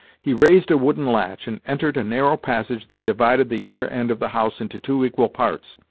he raised a wooden latch, and entered a narrow passage that divided the inner end of the house into two equal parts.